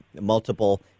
multiple